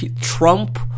Trump